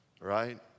right